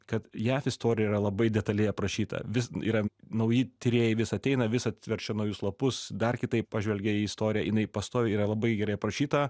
kad jav istorija yra labai detaliai aprašyta vis yra nauji tyrėjai vis ateina vis atverčia naujus lapus dar kitaip pažvelgia į istoriją jinai pastoviai yra labai gerai aprašyta